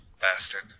bastard